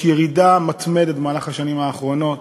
יש ירידה מתמדת במהלך השנים האחרונות